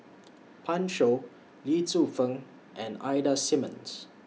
Pan Shou Lee Tzu Pheng and Ida Simmons